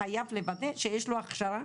חייב לוודא שיש לו הכשרה